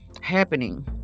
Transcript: happening